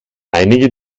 einige